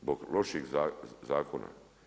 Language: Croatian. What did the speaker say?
Zbog loših zakona.